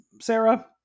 sarah